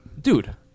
Dude